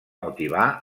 motivar